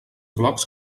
blocs